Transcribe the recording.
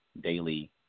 daily